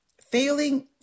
Failing